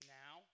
now